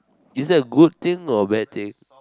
is that a good thing or bad thing